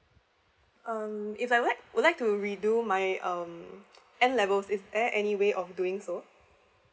um if I would like would like to redo my um N level is there any way of doing so